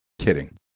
kidding